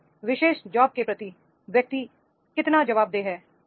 उस विशेष जॉब के प्रति व्यक्ति वह कितना जवाबदेह है